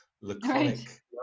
laconic